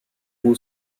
who